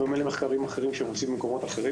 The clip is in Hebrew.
בדומה למחקרים אחרים שהם עושים במקומות אחרים,